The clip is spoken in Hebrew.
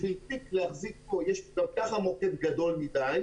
להחזיק פה מישהו - גם כך המוקד גדול מדי